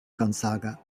gonzaga